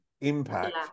impact